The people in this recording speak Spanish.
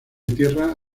tierra